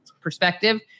perspective